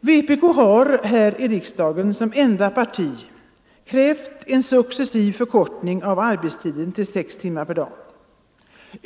Vänsterpartiet kommunisterna har här i riksdagen som enda parti krävt en successiv förkortning av arbetstiden till sex timmar per dag.